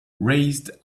raised